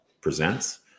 presents